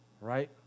Right